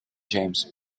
james